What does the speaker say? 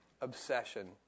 obsession